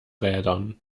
rädern